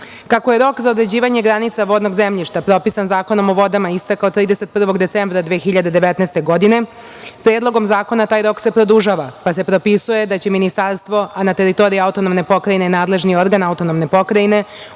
je rok za određivanje granica vodnog zemljišta propisan Zakonom o vodama istekao 31. decembra 2019. godine, Predlogom zakona taj rok se produžava, pa se propisuje da će Ministarstvo, a na teritoriji AP nadležni organ AP odrediti granice